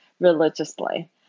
religiously